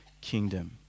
kingdom